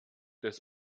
des